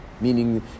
meaning